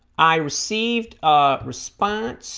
i received a response